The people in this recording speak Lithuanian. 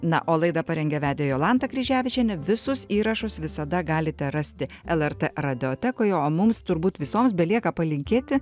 na o laidą parengė vedė jolanta kryževičienė visus įrašus visada galite rasti el er t radijotekoje o mums turbūt visoms belieka palinkėti